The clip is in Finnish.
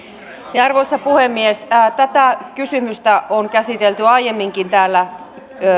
arvoisa puhemies tätä kysymystä on käsitelty aiemminkin täällä